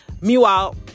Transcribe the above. Meanwhile